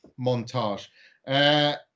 montage